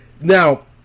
Now